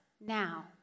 now